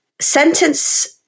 sentence